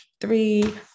three